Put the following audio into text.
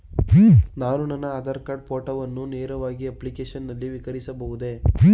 ನಾನು ನನ್ನ ಆಧಾರ್ ಕಾರ್ಡ್ ಫೋಟೋವನ್ನು ನೇರವಾಗಿ ಅಪ್ಲಿಕೇಶನ್ ನಲ್ಲಿ ನವೀಕರಿಸಬಹುದೇ?